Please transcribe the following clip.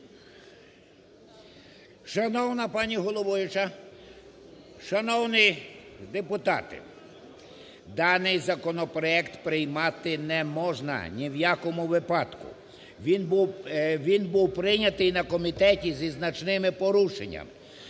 Шановна пані головуюча, шановні депутати! Даний законопроект приймати не можна ні в якому випадку. Він був прийнятий на комітеті зі значними порушеннями.